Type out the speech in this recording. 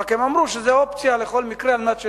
הם אמרו שזו אופציה לכל מקרה על מנת להיערך.